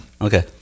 Okay